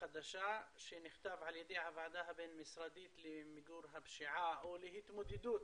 החדש שנכתב על ידי הוועדה הבין משרדית למיגור הפשיעה או להתמודדות